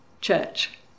church